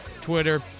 Twitter